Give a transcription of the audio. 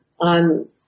On